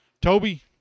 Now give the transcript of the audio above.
Toby